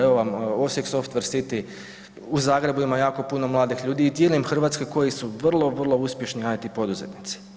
Evo vam Osijek Softercity u Zagrebu ima jako puno mladih ljudi i diljem Hrvatske koji su vrlo, vrlo uspješni IT poduzetnici.